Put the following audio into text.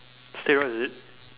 steroids is it